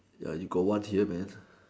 ya you got one here man